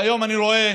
והיום אני רואה: